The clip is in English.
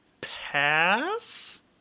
pass